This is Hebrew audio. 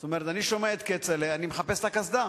זאת אומרת, אני שומע את כצל'ה, אני מחפש את הקסדה.